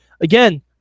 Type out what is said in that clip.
again